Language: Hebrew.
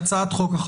ההצעה כרגע היא